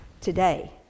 today